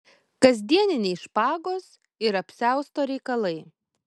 kasdieniniai špagos ir apsiausto reikalai